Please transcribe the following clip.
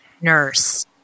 nurse